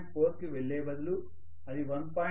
4 కి వెళ్ళే బదులు అది 1